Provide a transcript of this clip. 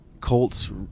Colts